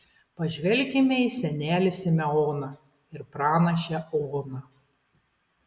pažvelkime į senelį simeoną ir pranašę oną